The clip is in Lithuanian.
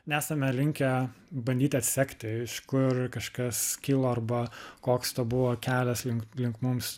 nesame linkę bandyti atsekti iš kur kažkas kilo arba koks to buvo kelias link link mums